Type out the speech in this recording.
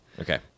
Okay